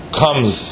comes